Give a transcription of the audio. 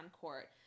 court